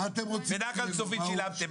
בנחל צפית שילמתם,